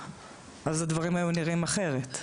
הדברים היו נראים אחרת.